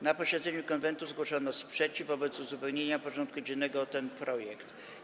Na posiedzeniu Konwentu zgłoszono sprzeciw wobec uzupełnienia porządku dziennego o ten projekt.